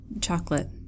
chocolate